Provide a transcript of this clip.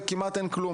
כמעט ואין כלום